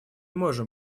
можем